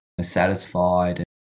satisfied